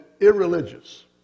irreligious